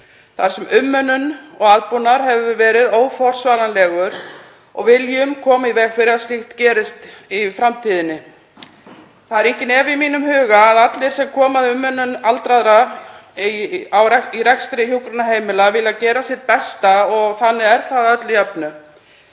þar sem umönnun og aðbúnaður hefur verið óforsvaranlegur og viljum við koma í veg fyrir að slíkt gerist í framtíðinni. Það er enginn efi í mínum huga að allir sem koma að umönnun aldraðra í rekstri hjúkrunarheimila vilja gera sitt besta og þannig er það að öllu jöfnu.